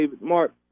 Mark